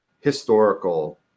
historical